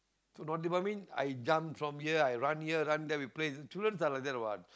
so naughty boy mean I jump from here I run there play children are like that what